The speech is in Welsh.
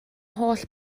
holl